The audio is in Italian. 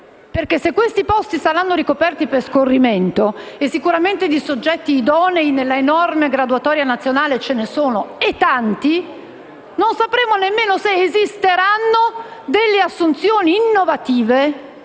perché, se questi posti saranno ricoperti per scorrimento (e sicuramente di soggetti idonei nell'enorme graduatoria nazionale che ne sono e tanti), non sapremo nemmeno se esisteranno assunzioni innovative